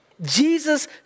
Jesus